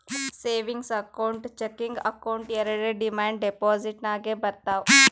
savings account, checking account ಎರೆಡು demand deposit ನಾಗೆ ಬರ್ತಾವ್